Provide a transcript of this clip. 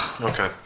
Okay